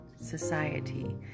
society